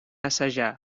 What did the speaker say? assajar